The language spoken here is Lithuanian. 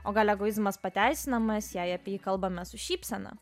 o gal egoizmas pateisinamas jei apie jį kalbame su šypsena